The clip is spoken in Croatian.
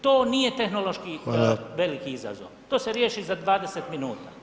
To nije tehnološki veliki izazov, to se riječi za 20 minuta.